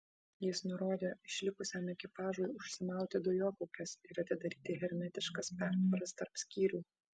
jis nurodė išlikusiam ekipažui užsimauti dujokaukes ir atidaryti hermetiškas pertvaras tarp skyrių